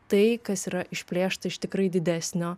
tai kas yra išplėšta iš tikrai didesnio